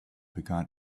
began